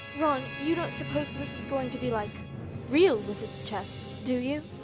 ron, you don't suppose this is going to be like real wizard's chess, do you?